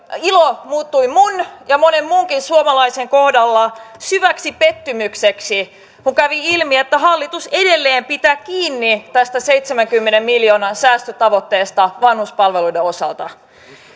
ilo muuttui minun ja monen muunkin suomalaisen kohdalla syväksi pettymykseksi kun kävi ilmi että hallitus edelleen pitää kiinni tästä seitsemänkymmenen miljoonan säästötavoitteesta vanhuspalveluiden osalta